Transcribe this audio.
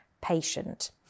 patient